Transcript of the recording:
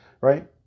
right